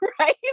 right